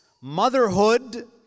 motherhood